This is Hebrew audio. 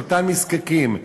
לאותם נזקקים,